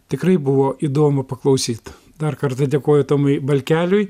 tikrai buvo įdomu paklausyt dar kartą dėkoju tomui balkeliui